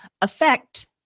affect